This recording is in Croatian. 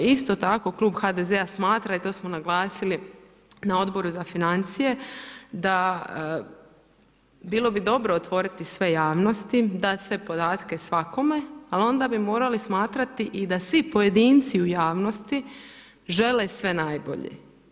Isto tako, klub HDZ-a smatra, i to smo naglasili na Odboru za financije, da bilo bi dobro otvoriti sve javnosti, dat sve podatke svakome, ali onda bi morali smatrati i da svi pojedinci u javnosti žele sve najbolje.